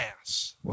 ass